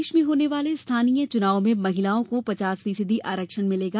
प्रदेश में होने वाले स्थानीय चुनावों में महिलाओं को पचास फीसदी आरक्षण मिलेगा